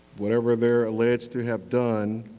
whatever they are alleged to have done,